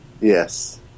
Yes